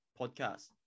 podcast